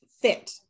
fit